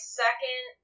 second